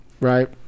right